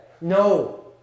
No